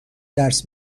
درس